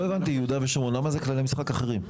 לא הבנתי יהודה ושומרון, למה זה כללי משחק אחרים?